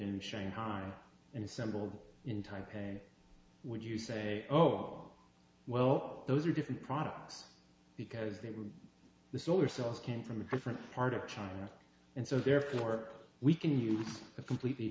in shanghai and assembled in time would you say oh well those are different products because they were the solar cells came from a different part of china and so therefore we can use a completely